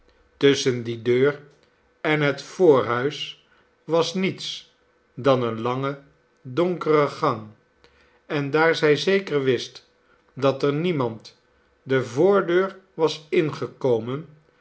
tusschen die deur en het voorhuis was niets dan een lange donkere gang en daar zij zeker wist dat er niemand de voordeur was ingekomen